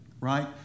right